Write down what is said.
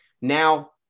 Now